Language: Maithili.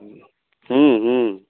हूँ हूँ